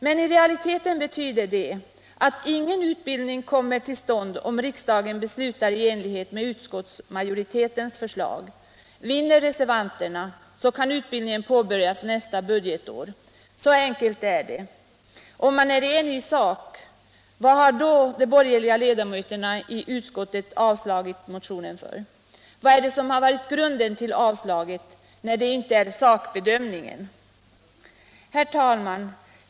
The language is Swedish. Men i realiteten kommer ingen utbildning till stånd om riksdagen beslutar i enlighet med majoritetens förslag. Vinner reservationen kan utbildningen påbörjas nästa budgetår. Så enkelt är det. Om man är enig i sak, varför har då de borgerliga ledamöterna i utskottet avstyrkt motionen? Vad har varit grunden till avslagsyrkandet, när det inte är sakbedömningen? Herr talman!